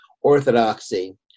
orthodoxy